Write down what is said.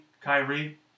Kyrie